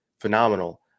phenomenal